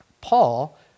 Paul